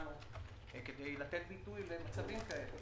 כדי לתת ביטוי למצבים כאלה.